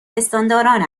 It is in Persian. پستانداران